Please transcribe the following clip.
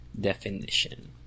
definition